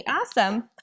Awesome